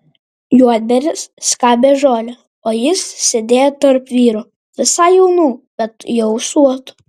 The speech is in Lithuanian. juodbėris skabė žolę o jis sėdėjo tarp vyrų visai jaunų bet jau ūsuotų